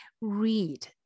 read